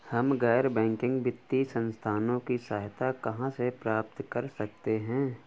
हम गैर बैंकिंग वित्तीय संस्थानों की सहायता कहाँ से प्राप्त कर सकते हैं?